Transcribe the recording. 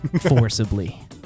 forcibly